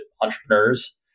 entrepreneurs